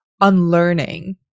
unlearning